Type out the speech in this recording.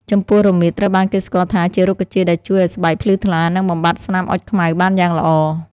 ចំពោះ រមៀតត្រូវបានគេស្គាល់ថាជារុក្ខជាតិដែលជួយឱ្យស្បែកភ្លឺថ្លា និងបំបាត់ស្នាមអុចខ្មៅបានយ៉ាងល្អ។